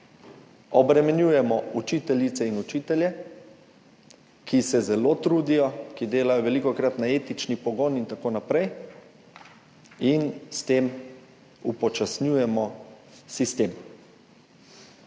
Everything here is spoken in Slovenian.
Obremenjujemo učiteljice in učitelje, ki se zelo trudijo, ki delajo velikokrat na etični pogon in tako naprej, in s tem upočasnjujemo sistem.